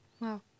Wow